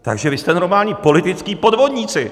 Takže vy jste normální političtí podvodníci!